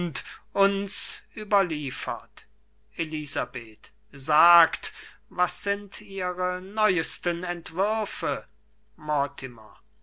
uns überliefert elisabeth sagt was sind ihre neuesten entwürfe